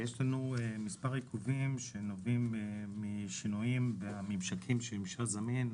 ויש לנו כמה עיכובים שנובעים משינויים בממשקים של ממשל זמין.